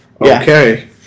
okay